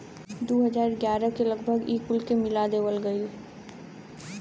दू हज़ार ग्यारह के लगभग ई कुल के मिला देवल गएल